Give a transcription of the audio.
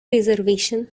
reservation